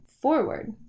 forward